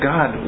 God